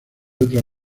otros